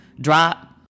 drop